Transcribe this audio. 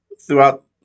throughout